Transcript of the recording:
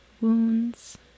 wounds